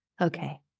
Okay